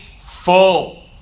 full